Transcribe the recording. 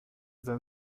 then